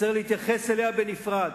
וצריך להתייחס אליה בנפרד.